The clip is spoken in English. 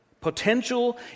Potential